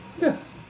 Yes